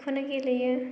बेखौनो गेलेयो